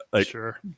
Sure